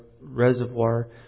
reservoir